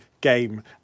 game